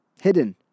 hidden